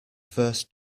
first